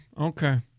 Okay